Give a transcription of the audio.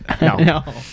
No